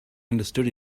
understood